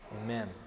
Amen